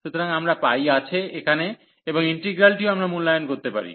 সুতরাং আমরা আছে এখানে এবং ইন্টিগ্রালটিও আমরা মূল্যায়ন করতে পারি